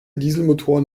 dieselmotoren